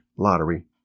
Lottery